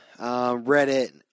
Reddit